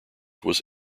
was